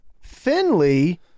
Finley